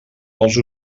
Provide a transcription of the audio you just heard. els